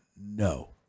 No